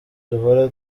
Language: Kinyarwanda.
duhora